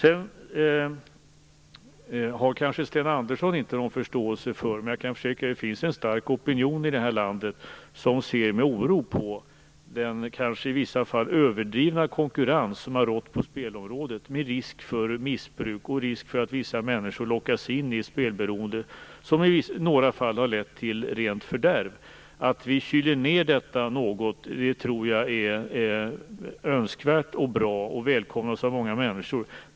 Sten Andersson kanske inte har någon förståelse för det, men jag kan försäkra att det finns en stark opinion i det här landet som ser med oro på den i vissa fall överdrivna konkurrens som har rått på spelområdet, med risk för missbruk och risk för att vissa människor lockas in i ett spelberoende, som i några fall har lett till rent fördärv. Att vi kyler ned detta något tror jag är önskvärt och bra, och det välkomnas av många människor.